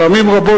פעמים רבות,